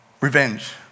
revenge